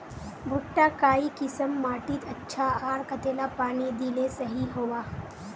भुट्टा काई किसम माटित अच्छा, आर कतेला पानी दिले सही होवा?